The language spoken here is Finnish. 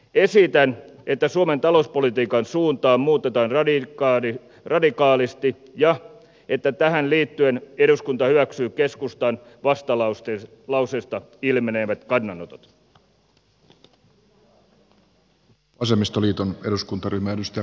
esitän että suomen talouspolitiikan suuntaa muutetaan radikaalisti ja että tähän liittyen eduskunta hyväksyy keskustan vastalauseesta ilmenevät kannanotot